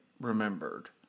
remembered